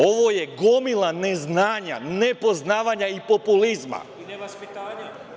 Ovo je gomila neznanja, nepoznavanja i populizma.